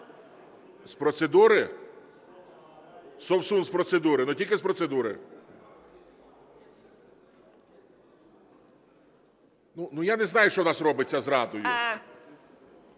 З процедури? Совсун з процедури, але тільки з процедури. Ну я не знаю, що у нас робиться з "Радою".